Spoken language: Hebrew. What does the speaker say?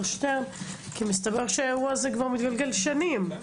שטרן כי מסתבר שהאירוע הזה מתגלגל שנים,